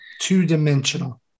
two-dimensional